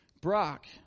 Brock